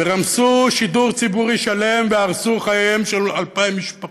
ורמסו שידור ציבורי שלם והרסו את חייהן של 2,000 משפחות.